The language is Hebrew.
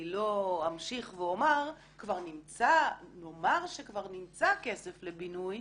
אני לא אמשיך ואומר, נאמר שכבר נמצא כסף לבינוי,